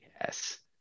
Yes